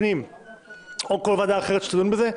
שמראש היינו חושבים שהכי טוב שיתחתנו פה,